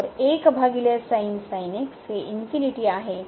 तर हे आहे